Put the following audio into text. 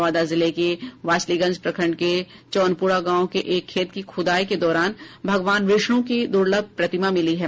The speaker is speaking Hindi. नवादा जिले के वारिसलीगंज प्रखंड के चौनपुरा गांव के एक खेत की खुदाई के दौरान भगवान विष्णु की दुर्लभ प्रतिमा मिली है